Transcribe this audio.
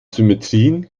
symmetrien